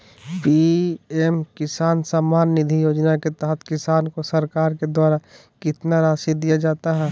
PM Kisan Samman Nidhi योजना के तहत किसान को सरकार के द्वारा कितना रासि दिया जाता है?